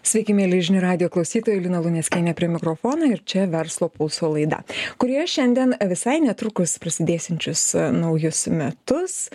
sveiki mieli žinių radijo klausytojai lina luneckienė prie mikrofono ir čia verslo pulso laida kurioje šiandien visai netrukus prasidėsiančius naujus metus